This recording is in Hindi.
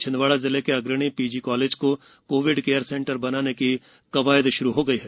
छिंदवाड़ा जिले के अग्रणी ीजी कॉलेज को कोविड केयर सेंटर बनाने की कवायद श्रू हो गई है